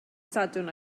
sadwrn